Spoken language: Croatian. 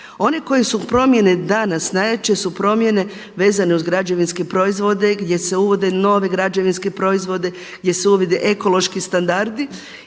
One koje su promjene danas, najjače su promjene vezane uz građevinske proizvode gdje se uvode novi građevinski proizvodi, gdje se uvode ekološki standardi